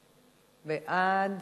בעד,